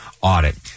audit